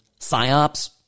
psyops